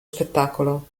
spettacolo